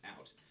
out